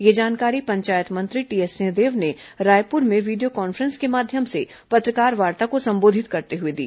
यह जानकारी पंचायत मंत्री टीएस सिंहदेव ने रायपुर में वीडियो कॉन् फ्रें स के माध्यम से पत्रकारवार्ता को संबोधित करते हुए दी